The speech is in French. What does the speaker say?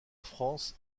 france